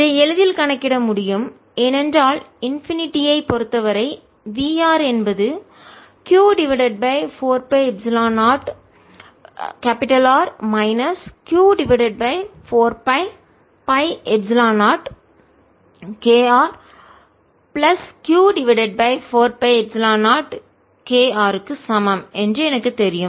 இதை எளிதில் கணக்கிட முடியும் ஏனென்றால் இன்பினிடி ஐ முடிவிலி பொறுத்தவரை v என்பது Q divided by 4 pi epsilon 0R minus Q divided by 4 pi pi epsilon 0 KR plus q divided by 4 pi epsilon 0 k r க்கு சமம் என்று எனக்குத் தெரியும்